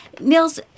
Nils